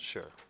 Sure